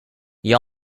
you